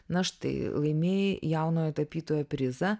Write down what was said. na štai laimėjai jaunojo tapytojo prizą